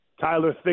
Tyler